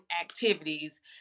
activities